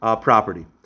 property